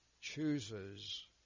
chooses